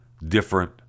different